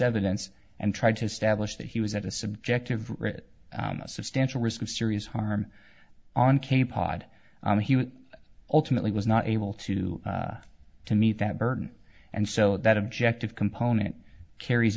evidence and tried to establish that he was at a subjective a substantial risk of serious harm on cape cod on he ultimately was not able to to meet that burden and so that objective component carries